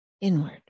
Inward